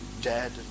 dead